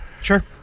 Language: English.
Sure